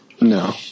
No